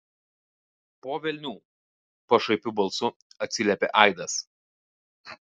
po velnių pašaipiu balsu atsiliepė aidas